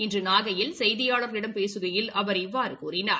இன்று நாகையில் செய்தியாளர்களிடம் பேசுகையில் அவர் இவ்வாறு கூறினார்